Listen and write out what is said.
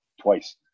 twice